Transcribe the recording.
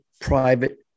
private